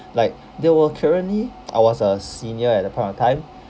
like there were currently I was a senior at that point of time